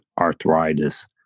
arthritis